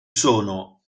sono